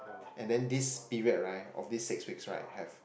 and then this period right of these six weeks right have